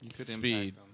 speed